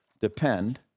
depend